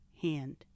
hand